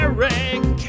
Eric